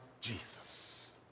Jesus